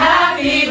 Happy